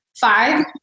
five